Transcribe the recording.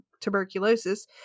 tuberculosis